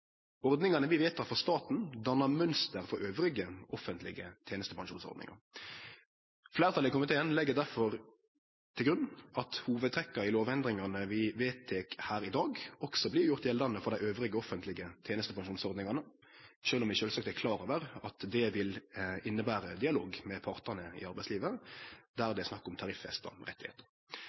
Ordningane blir vedtekne av staten og dannar mønster for andre offentlege tenestepensjonsordningar. Fleirtalet i komiteen legg derfor til grunn at hovudtrekka i lovendringane vi vedtek her i dag, også blir gjorde gjeldande for dei andre offentlege tenestepensjonsordningane, sjølv om vi sjølvsagt er klare over at det vil innebere dialog med partane i arbeidslivet, der det er snakk om tariffesta